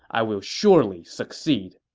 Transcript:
i will surely succeed.